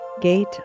Gate